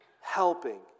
helping